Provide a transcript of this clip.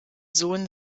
sohn